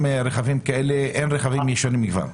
50% מהדיונים לא יכולים להתקיים ב-VC.